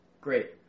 Great